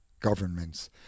governments